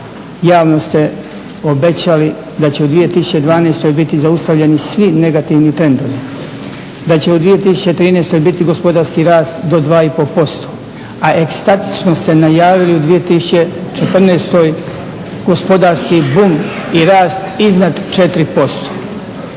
javno ste obećali da će u 2012.biti zaustavljeni svi negativni trendovi, da će u 2013.biti gospodarski rast do 2,5%, a ekstatično ste najavili u 2014.gospodarski bum i rast iznad 4%.